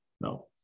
No